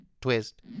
twist